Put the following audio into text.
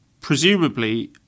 Presumably